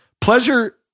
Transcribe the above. Pleasure